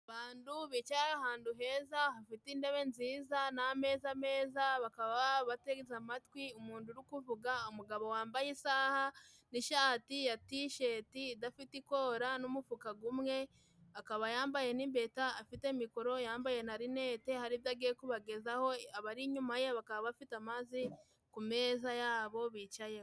Abandu bicaye ahandu heza hafite indebe nziza n'ameza meza. Bakaba bateze amatwi umundu uri kuvuga. Umugabo wambaye isaha n'ishati ya tisheti idafite ikora n'umufuka gumwe. Akaba yambaye n'impeta, afite mikoro. Yambaye na rineti, hari ibyo agiye kubagezaho. Abari inyuma ye bakaba bafite amazi ku meza yabo bicayeho.